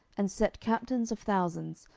and set captains of thousands,